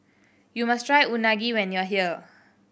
you must try Unagi when you are here